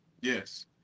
Yes